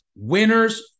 Winners